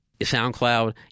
SoundCloud